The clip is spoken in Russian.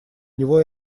него